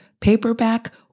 paperback